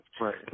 Right